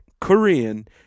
Korean